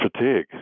fatigue